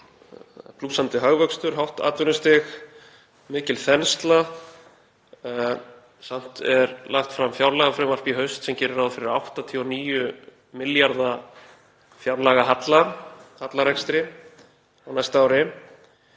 blússandi hagvöxtur, hátt atvinnustig, mikil þensla. Samt er lagt fram fjárlagafrumvarp í haust sem gerir ráð fyrir að 89 milljarða fjárlagahalla, hallarekstri á næsta ári.